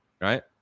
right